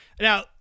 Now